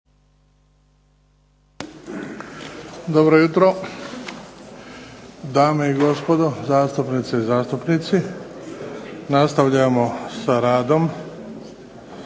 Dobro jutro dame i gospodo zastupnice i zastupnici. Nastavljamo sa radom